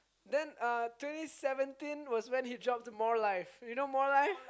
then uh twenty seventeen was when he dropped the more life you know more life